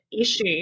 issue